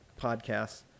podcasts